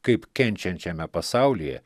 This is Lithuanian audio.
kaip kenčiančiame pasaulyje